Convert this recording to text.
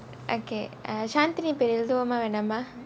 okay uh shanthini பேரு எழுதுவோமா வேண்டாமா:peru ezhuthuvomaa vendaamaa